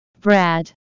Brad